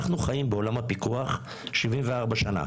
אנחנו חיים בעולם הפיקוח במשך 74 שנים,